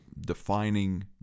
defining